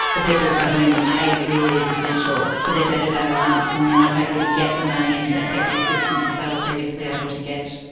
the people for whom aid really is essential for their day-to-day lives and they are not able to get the money and to get the assistance that they were previously able to get.